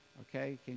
Okay